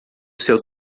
seu